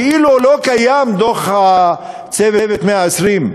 כאילו לא קיים דוח "צוות 120 הימים",